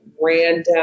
random